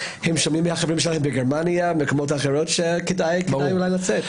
הם שומעים מהחברים שלהם בגרמניה ובמקומות אחרים שכדאי אולי לצאת.